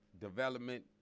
development